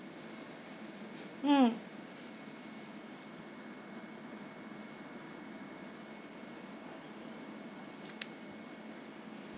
mm